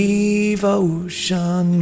Devotion